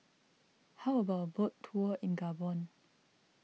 how about a boat tour in Gabon